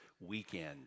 weekend